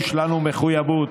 יש לנו מחויבות